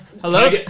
hello